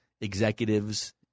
executives